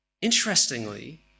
Interestingly